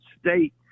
State